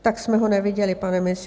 Tak jsme ho neviděli, pane ministře.